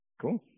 cool